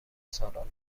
سالن